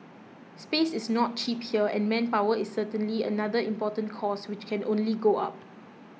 space is not cheap here and manpower is certainly another important cost which can only go up